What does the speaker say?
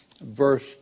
verse